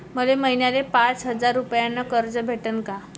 मले महिन्याले पाच हजार रुपयानं कर्ज भेटन का?